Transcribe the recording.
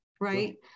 right